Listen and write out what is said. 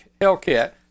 Hellcat